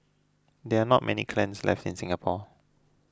there are not many kilns left in Singapore